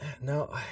No